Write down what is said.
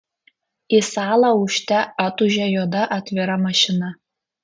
į salą ūžte atūžė juoda atvira mašina